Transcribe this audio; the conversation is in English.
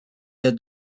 had